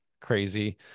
crazy